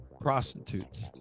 Prostitutes